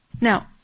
Now